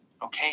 Okay